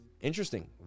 interesting